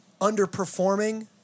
underperforming